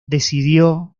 decidió